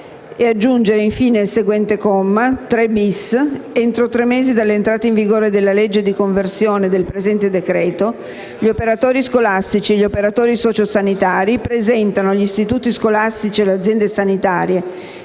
Aggiungere, in fine, il seguente comma: «3*-bis*. Entro tre mesi dall'entrata in vigore della legge di conversione del presente decreto, gli operatori scolastici e gli operatori sociosanitari presentano agli istituti scolastici e alle aziende sanitarie